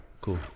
Cool